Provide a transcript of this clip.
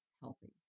healthy